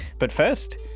but first,